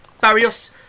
Barrios